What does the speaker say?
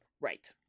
Right